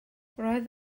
roedd